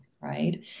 right